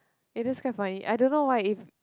eh that's quite funny I don't why if